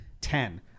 ten